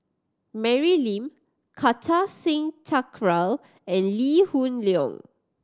Mary Lim Kartar Singh Thakral and Lee Hoon Leong